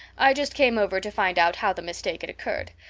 i just came over to find out how the mistake had occurred.